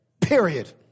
Period